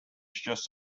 just